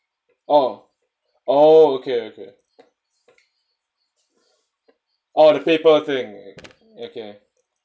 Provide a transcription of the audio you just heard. oh oh okay okay oh the paper thing okay